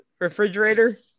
refrigerator